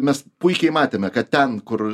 mes puikiai matėme kad ten kur